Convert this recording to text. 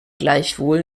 gleichwohl